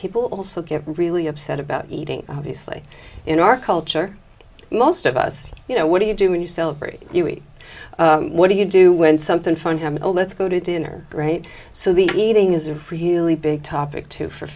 people also get really upset about eating obviously in our culture most of us you know what do you do when you celebrate you eat what do you do when something fun have a let's go to dinner right so the eating is a really big topic too for